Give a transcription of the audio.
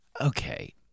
okay